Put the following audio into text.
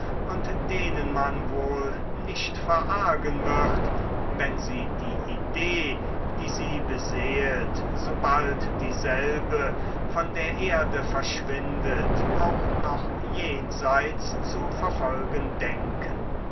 und denen man wohl nicht verargen wird wenn sie die idee die sie beseelt sobald dieselbe von der erde verschwindet auch noch jenseits zu verfolgen denken